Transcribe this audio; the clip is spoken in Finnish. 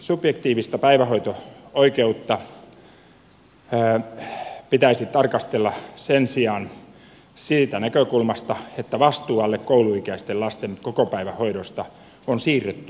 subjektiivista päivähoito oikeutta pitäisi tarkastella sen sijaan siitä näkökulmasta että vastuu alle kouluikäisten lasten kokopäivähoidosta on siirretty pois perheiltä